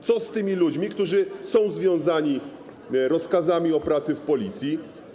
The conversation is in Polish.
Co z tymi ludźmi, którzy są związani rozkazami, pracując w Policji?